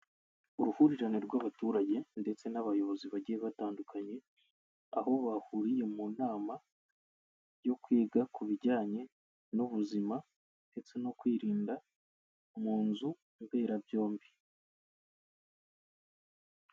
Uruhurirane rw'abaturage ndetse n'abayobozi bagiye batandukanye, aho bahuriye mu nama yo kwiga ku bijyanye n'ubuzima ndetse no kwirinda mu nzu mberabyombi.